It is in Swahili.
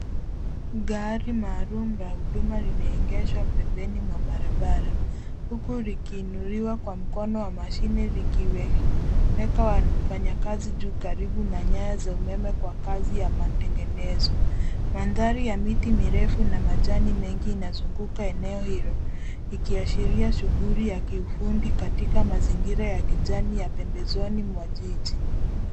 Gari maalum la huduma linaegeshwa pembeni mwa barabara huku likiinuliwa kwa mkono wa mashine likiweka wafanyakazi juu karibu na nyaya za umeme kwa kazi ya matengenezo. Mandhari ya miti mirefu na majani mengine inazunguka eneo hilo ikiashiria shughuli ya kiufundi katika mazingira ya kijani ya pembezoni mwa jiji.